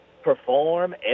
perform